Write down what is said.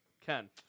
Ken